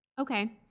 Okay